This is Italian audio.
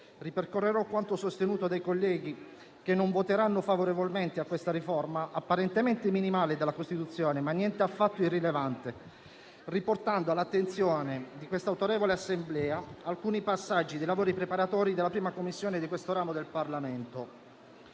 ripercorrerò quanto sostenuto dai colleghi che non voteranno favorevolmente a questa riforma apparentemente minimale dalla Costituzione, ma niente affatto irrilevante, riportando all'attenzione di quest'autorevole Assemblea alcuni passaggi dei lavori preparatori della 1a Commissione di questo ramo del Parlamento.